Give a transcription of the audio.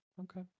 Okay